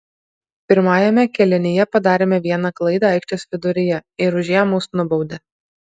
pirmajame kėlinyje padarėme vieną klaidą aikštės viduryje ir už ją mus nubaudė